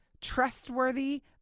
trustworthy